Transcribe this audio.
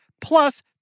plus